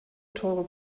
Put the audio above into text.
teure